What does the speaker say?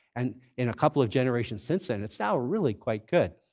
and in a couple of generations since then, it's now really quite good.